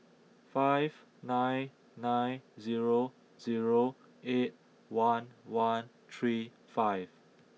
five nine nine zero zero eight one one three five